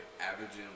Averaging